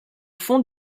fond